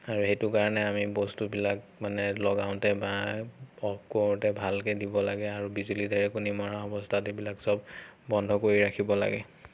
আৰু সেইটো কাৰণে আমি বস্তুবিলাক মানে লগাওঁতে বা অফ কৰোঁতে ভালকৈ দিব লাগে আৰু বিজুলী ঢেৰেকনি মৰা অৱস্থাত এইবিলাক চব বন্ধ কৰি ৰাখিব লাগে